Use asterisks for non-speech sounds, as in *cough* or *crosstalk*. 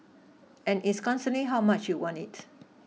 and it's *unintelligible* how much you want it